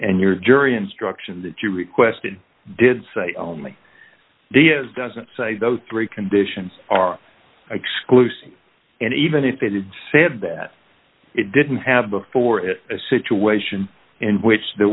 and your jury instruction that you requested did say only d s doesn't say those three conditions are exclusive and even if they did said that it didn't have before it a situation in which there